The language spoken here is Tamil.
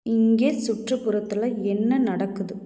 இங்கே சுற்றுப்புறத்தில் என்ன நடக்குது